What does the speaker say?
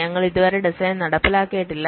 ഞങ്ങൾ ഇതുവരെ ഡിസൈൻ നടപ്പിലാക്കിയിട്ടില്ല